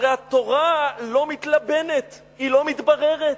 הרי התורה לא מתלבנת, היא לא מתבררת.